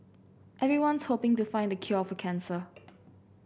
everyone's hoping to find the cure for cancer